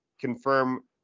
confirm